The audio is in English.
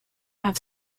have